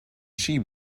cheap